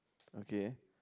okay